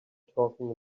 talking